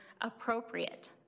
appropriate